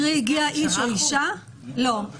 קרי, הגיע איש או אישה --- נמצא.